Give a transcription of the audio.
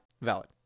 Valid